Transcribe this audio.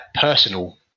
personal